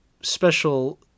special